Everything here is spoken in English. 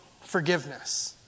forgiveness